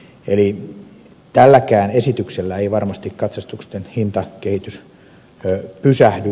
eli tälläkään esityksellä ei varmasti katsastusten hintakehitys pysähdy